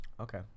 Okay